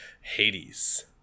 Hades